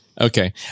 Okay